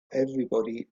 everybody